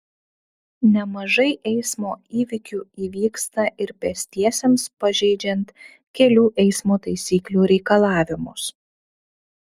nemažai eismo įvykių įvyksta ir pėstiesiems pažeidžiant kelių eismo taisyklių reikalavimus